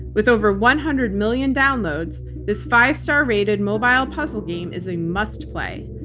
with over one hundred million downloads, this five star rated mobile puzzle game is a must play.